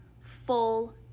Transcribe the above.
full